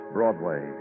Broadway